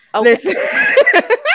Listen